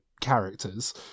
characters